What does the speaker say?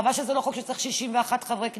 חבל שזה לא חוק שצריך 61 חברי כנסת.